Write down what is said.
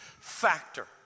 factor